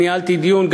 ניהלתי דיון,